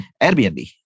Airbnb